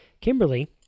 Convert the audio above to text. Kimberly